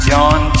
John